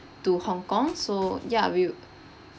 to hong kong so ya will